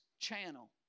channel